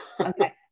Okay